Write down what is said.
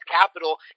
capital